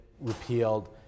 repealed